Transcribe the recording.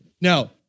Now